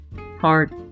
heart